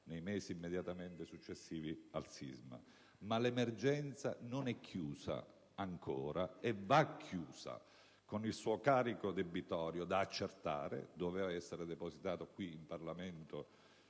nei mesi immediatamente successivi al sisma. Ma l'emergenza non è ancora chiusa: va chiusa, e il suo carico debitorio è ancora da accertare. Doveva essere depositato qui in Parlamento